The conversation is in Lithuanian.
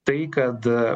tai kad